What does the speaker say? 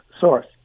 source